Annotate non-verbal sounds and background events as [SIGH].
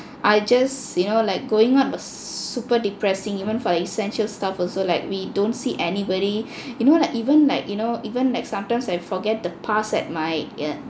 I just you know like going out was super depressing even for the essential stuff also like we don't see anybody [BREATH] you know like even like you know even like sometimes I forget the pass at my err